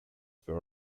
were